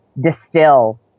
distill